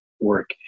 work